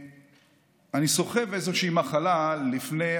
אני סוחב איזושהי מחלה לפני,